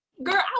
Girl